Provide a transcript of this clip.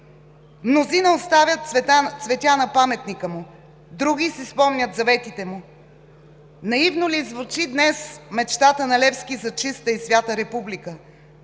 Мнозина оставят цветя на паметника му, други си спомнят заветите му. Наивно ли звучи днес мечтата на Левски за чиста и свята Република?